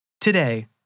Today